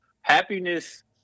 happiness